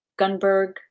Gunberg